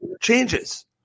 changes